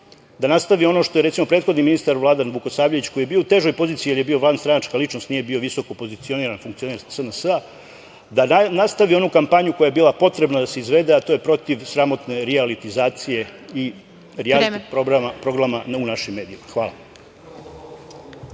da nastavi ono što je recimo prethodni ministar, Vladan Vukosavljević, koji je bio u težoj poziciji jer je bio vanstranačka ličnost, nije bio visoko pozicioniran funkcioner SNS, da nastavi onu kampanju koja je bila potrebna da se izvede, a to je protiv sramotne rialitizacije i rijaliti programa u našim medijima. Hvala.